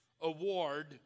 award